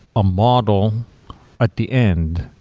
a model at the end.